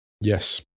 Yes